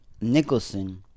Nicholson